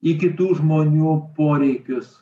į kitų žmonių poreikius